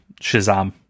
Shazam